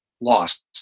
lost